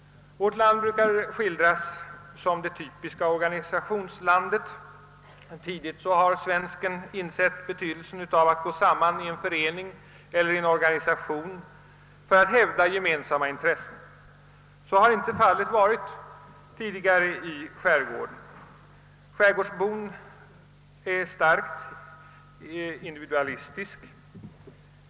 Vårt land brukar skildras som det typiska organisationslandet. Tidigt har svenskarna insett betydelsen av att gå samman i en förening eller en organisation för att hävda gemensamma intressen. Så har dock inte varit fallet i skärgården. Skärgårdsbon är starkt individualistisk.